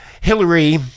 Hillary